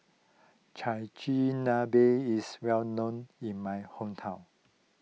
Chigenabe is well known in my hometown